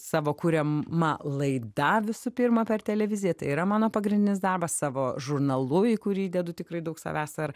savo kuriama laida visų pirma per televiziją yra mano pagrindinis darbas savo žurnalu į kurį įdedu tikrai daug savęs ar